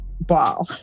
ball